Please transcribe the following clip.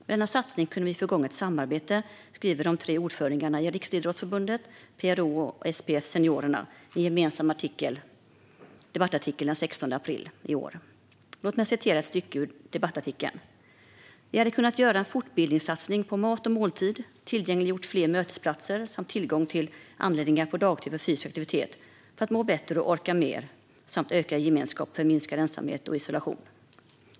Med denna satsning kunde vi ha fått igång ett samarbete, skriver de tre ordförandena i Riksidrottsförbundet, PRO och SPF Seniorerna i en gemensam debattartikel den 16 april. Vidare skriver de: "Vi hade kunnat göra en folkbildningssatsning på mat och måltid, tillgängliggjort fler mötesplatser samt tillgång till anläggningar på dagtid för fysisk aktivitet för att må bättre och orka mer samt ökad gemenskap för minska ensamhet och isolation."